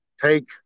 take